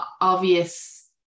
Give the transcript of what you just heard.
obvious